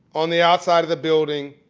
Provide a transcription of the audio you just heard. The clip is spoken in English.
on the outside of the building